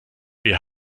wir